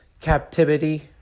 captivity